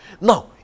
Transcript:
Now